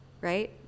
right